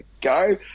go